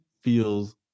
feels